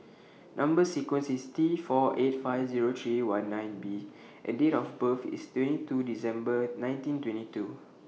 Number sequence IS T four eight five Zero three one nine B and Date of birth IS twenty two December nineteen twenty two